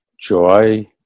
joy